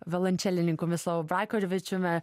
violančelininku mislovu braikovičiumi